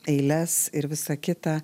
eiles ir visą kitą